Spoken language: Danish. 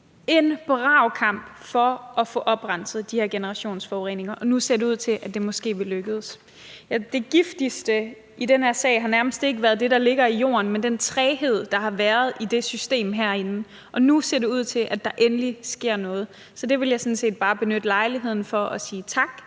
en brav kamp for at få oprenset de her generationsforureninger, og nu ser det ud til, at det måske vil lykkes. Det giftigste i den her sag har nærmest ikke været det, der ligger i jorden, men den træghed, der har været i det system herinde, og nu ser det ud til, at der endelig sker noget. Så det vil jeg sådan set bare benytte lejligheden til at sige tak